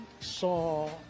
saw